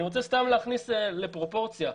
אני רוצה להכניס לפרופורציה: